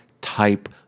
type